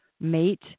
mate